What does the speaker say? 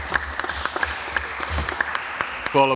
Hvala.